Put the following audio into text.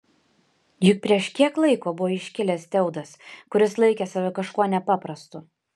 juk prieš kiek laiko buvo iškilęs teudas kuris laikė save kažkuo nepaprastu